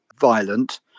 violent